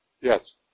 Yes